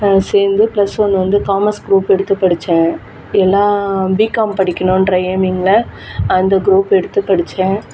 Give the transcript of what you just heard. சேர்ந்து plus one வந்து commerce group எடுத்துப் படித்தேன் எல்லாம் பிகாம் படிக்கணும்ன்ற எயிம்மிங்கில் அந்தக் குரூப் எடுத்துப் படித்தேன்